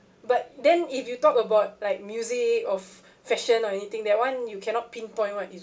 but then if you talk about like music or f~ fashion or anything that one you cannot pinpoint what is